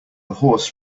horse